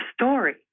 story